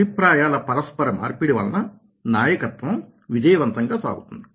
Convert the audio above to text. అభిప్రాయాల పరస్పర మార్పిడి వలన నాయకత్వం విజయవంతంగా సాగుతుంది